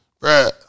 Right